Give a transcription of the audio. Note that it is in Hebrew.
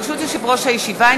ברשות יושב-ראש הישיבה,